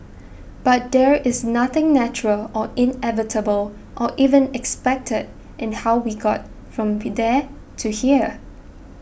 but there was nothing natural or inevitable or even expected in how we got from there to here